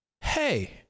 Hey